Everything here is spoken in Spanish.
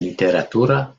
literatura